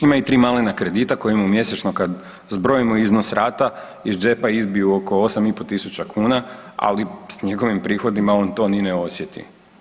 Ima i 3 malena kredita koji mu mjesečno kad zbrojimo iznos rata iz džepa izbiju oko 8,5 tisuća kuna, ali s njegovim prihodima on to ni ne osjeti.